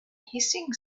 hissing